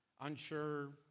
unsure